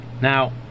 Now